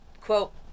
Quote